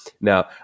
Now